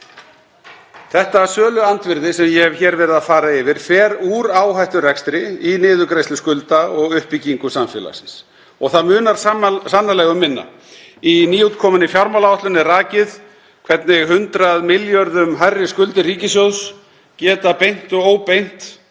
Þetta söluandvirði sem ég hef hér verið að fara yfir, fer úr áhætturekstri í niðurgreiðslu skulda og uppbyggingu samfélagsins og það munar sannarlega um minna. Í nýútkominni fjármálaáætlun er rakið hvernig 100 milljörðum hærri skuldir ríkissjóðs geta beint og óbeint leitt